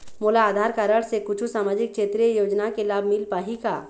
मोला आधार कारड से कुछू सामाजिक क्षेत्रीय योजना के लाभ मिल पाही का?